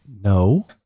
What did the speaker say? no